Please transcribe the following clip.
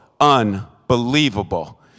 unbelievable